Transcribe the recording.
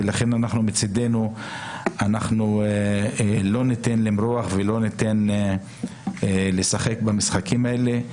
ולכן אנחנו מצדנו לא ניתן למרוח ולא ניתן לשחק במשחקים האלה.